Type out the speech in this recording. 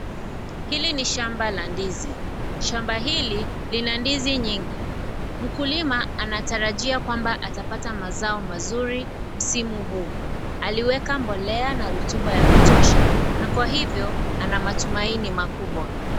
Hili ni shamba la ndizi, shamba hili lina ndizi nyingi. Mkulima anatarajia kwamba atapata mazao mazuri msimu huu. Aliweka mbolea na rotuba ya kutosha na kwa hivyo ana matumaini makubwa.